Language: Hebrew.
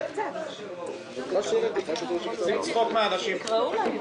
עושים צחוק מאנשים פה.